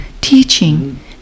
teaching